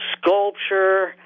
sculpture